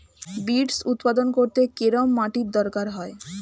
Beets উৎপাদন করতে কেরম মাটির দরকার হয়?